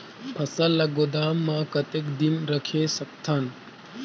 फसल ला गोदाम मां कतेक दिन रखे सकथन?